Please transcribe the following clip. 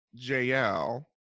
JL